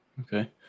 Okay